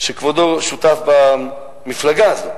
וכבודו שותף במפלגה הזאת,